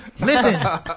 Listen